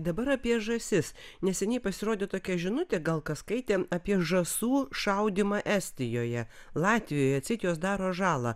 dabar apie žąsis neseniai pasirodė tokia žinutė gal kas skaitė apie žąsų šaudymą estijoje latvijoje atseit jos daro žalą